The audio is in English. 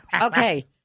Okay